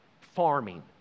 farming